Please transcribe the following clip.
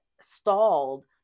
stalled